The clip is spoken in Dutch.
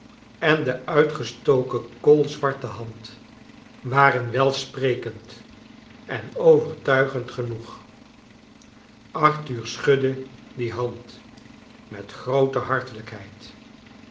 en de uitgestoken koolzwarte hand waren welsprekend en overtuigend genoeg arthur schudde die hand met groote